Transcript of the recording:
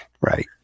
right